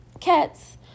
cats